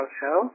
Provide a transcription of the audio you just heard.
show